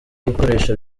gukoresha